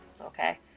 Okay